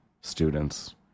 students